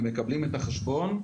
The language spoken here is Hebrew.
הם מקבלים את החשבון.